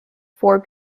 four